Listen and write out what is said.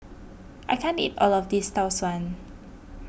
I can't eat all of this Tau Suan